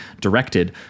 directed